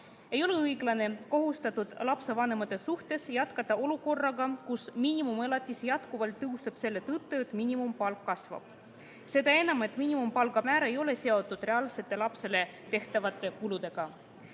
Ei ole õiglane kohustatud lapsevanemate suhtes jätkata olukorraga, kus miinimumelatis jätkuvalt tõuseb selle tõttu, et miinimumpalk kasvab. Seda enam, et miinimumpalga määr ei ole seotud reaalsete lapsele tehtavate kuludega.